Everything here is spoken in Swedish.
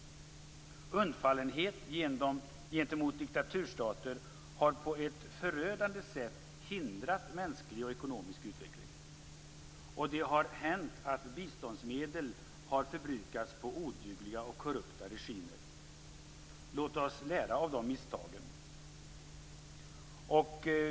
Undfallenhet gentemot diktaturstater har på ett förödande sätt hindrat mänsklig och ekonomisk utveckling, och det har hänt att biståndsmedel har förbrukats på odugliga och korrupta regimer. Låt oss lära av de misstagen.